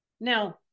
Now